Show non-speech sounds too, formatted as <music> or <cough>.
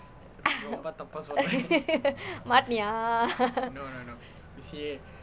<laughs> மாட்டினியா:maatiniyaa <laughs>